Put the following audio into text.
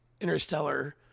interstellar